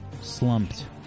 slumped